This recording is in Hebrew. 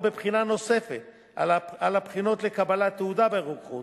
בבחינה נוספת על הבחינות לקבלת תעודה ברוקחות,